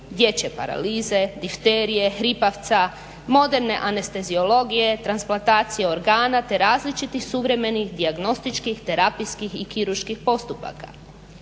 dječje paralize, difterije, hripavca, moderne anesteziologije, transplantacije organa, te različitih suvremenih dijagnostičkih terapijskih i kirurških postupaka.